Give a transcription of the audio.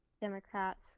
Democrats